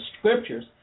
scriptures